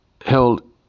held